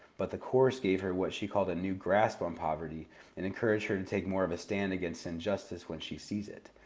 but the course gave her what she called a new grasp on poverty and encouraged her to take more of a stand against injustice when she sees it.